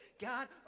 God